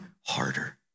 harder